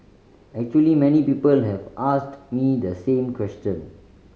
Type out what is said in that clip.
actually many people have asked me the same question